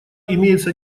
имеется